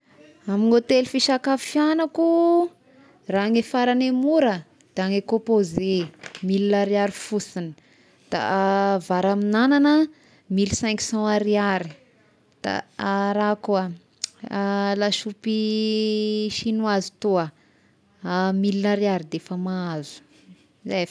Amign'ny hôtely fisakafoagnako raha ny faragny mora da ny kômpôze mille ariary fosiny, da vary amin'agnana mille cinq cent ariary, da raha koa lasopy sinoazy toà mille ariary de efa mahazo, zay.